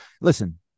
listen